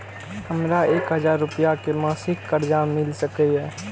हमरा एक हजार रुपया के मासिक कर्जा मिल सकैये?